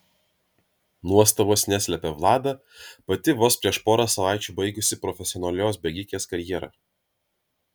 nuostabos neslepia vlada pati vos prieš porą savaičių baigusi profesionalios bėgikės karjerą